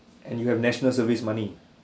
and you have national service money